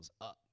up